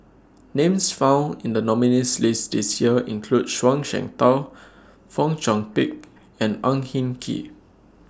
Names found in The nominees' list This Year include Zhuang Shengtao Fong Chong Pik and Ang Hin Kee